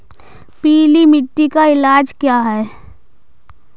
पीली मिट्टी का इलाज क्या है?